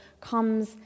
comes